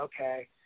okay